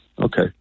Okay